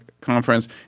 conference